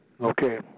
Okay